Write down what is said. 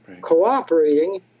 cooperating